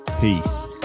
peace